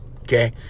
okay